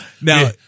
now